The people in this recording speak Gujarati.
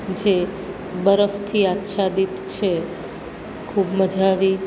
જે બરફથી આચ્છાદિત છે ખૂબ મજા આવી